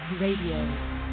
RADIO